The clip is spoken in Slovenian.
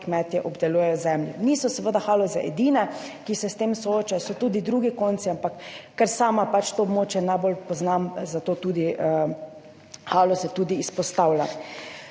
kmetje obdelujejo zemljo. Haloze seveda niso edine, ki se s tem soočajo, so tudi drugi konci, ampak ker sama to območje najbolj poznam, zato Haloze izpostavljam.